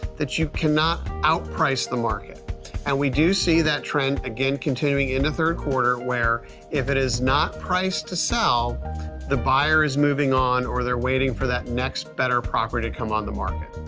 that you cannot out price the market and we do see that trend again continuing into third quarter where if it is not priced to sell the buyer is moving on or they're waiting for that next better property to come on the market.